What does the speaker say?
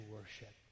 worship